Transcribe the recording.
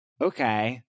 okay